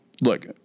look